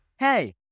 Hey